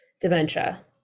dementia